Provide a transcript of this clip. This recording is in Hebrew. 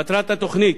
מטרת התוכנית,